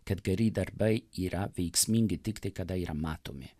kad geri darbai yra veiksmingi tiktai kada yra matomi